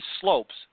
slopes